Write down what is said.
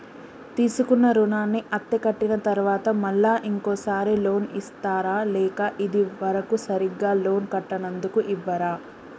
తీసుకున్న రుణాన్ని అత్తే కట్టిన తరువాత మళ్ళా ఇంకో సారి లోన్ ఇస్తారా లేక ఇది వరకు సరిగ్గా లోన్ కట్టనందుకు ఇవ్వరా?